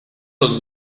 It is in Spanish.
los